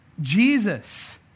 Jesus